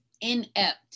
inept